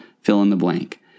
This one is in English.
fill-in-the-blank